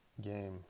game